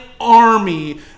army